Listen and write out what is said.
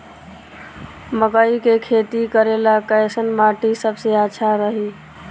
मकई के खेती करेला कैसन माटी सबसे अच्छा रही?